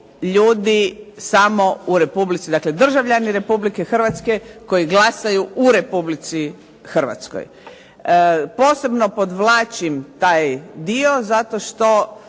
ljudi samo u Republici, dakle državljani Republike Hrvatske koji glasaju u Republici Hrvatskoj. Posebno podvlačim taj dio zato što